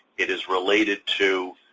it is related to